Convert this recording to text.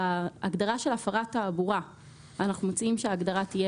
בהגדרה של הפרת תעבורה אנחנו מציעים שההגדרה תהיה,